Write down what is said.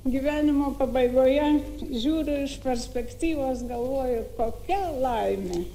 gyvenimo pabaigoje žiūriu iš perspektyvos galvoju kokia laimė